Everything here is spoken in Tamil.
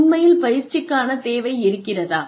உண்மையில் பயிற்சிக்கான தேவை இருக்கிறதா